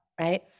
right